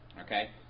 Okay